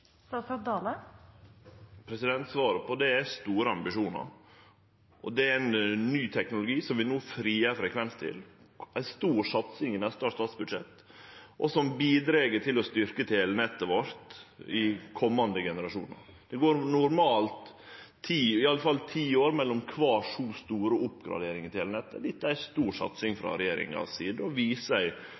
Svaret på det er store ambisjonar. Det er ein ny teknologi som vi no frigjer frekvens til, ei stor satsing i neste års statsbudsjett som bidreg til å styrkje telenettet vårt i komande generasjonar. Det går normalt i alle fall ti år mellom kvar så stor oppgradering i telenettet. Dette er ei stor satsing frå regjeringa si side og